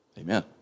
Amen